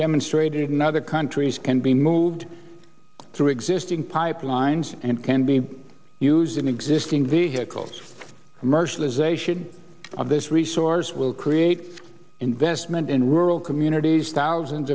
demonstrated in other countries can be moved through existing pipelines and can be using existing vehicles commercialization of this resource will create investment in rural communities thousands